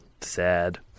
Sad